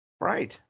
Right